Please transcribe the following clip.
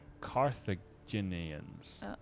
Carthaginians